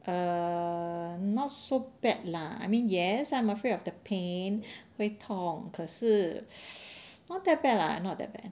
err not so bad lah I mean yes I'm afraid of the pain 会痛 可是 not that bad lah not that bad